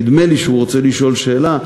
נדמה לי שהוא רוצה לשאול שאלה.